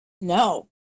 No